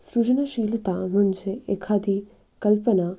सृजनशीलता म्हणजे एखादी कल्पना